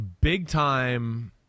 big-time